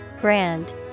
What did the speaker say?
Grand